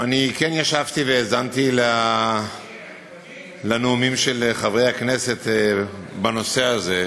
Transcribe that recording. אני כן ישבתי והאזנתי לנאומים של חברי הכנסת בנושא הזה,